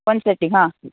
ಒಂದು ಸೆಟ್ಟಿಗೆ ಹಾಂ